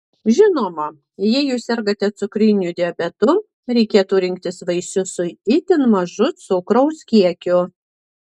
žinoma jei jūs sergate cukriniu diabetu reikėtų rinktis vaisius su itin mažu cukraus kiekiu